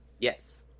Yes